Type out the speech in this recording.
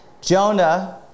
Jonah